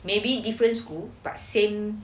maybe different school but same